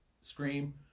scream